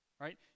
Right